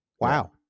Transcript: Wow